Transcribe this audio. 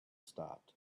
stopped